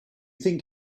think